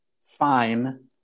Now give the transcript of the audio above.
fine